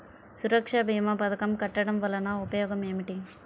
సురక్ష భీమా పథకం కట్టడం వలన ఉపయోగం ఏమిటి?